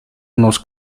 unos